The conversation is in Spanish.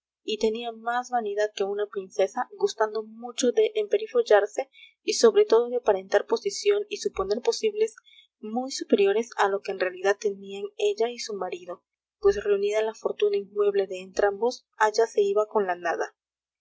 y tenía más vanidad que una princesa gustando mucho de emperifollarse y sobre todo de aparentar posición y suponer posibles muy superiores a lo que en realidad tenían ella y su marido pues reunida la fortuna inmueble de entrambos allá se iba con la nada